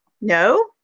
No